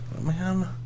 Man